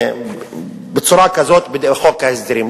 בצורה כזאת, על-ידי חוק ההסדרים.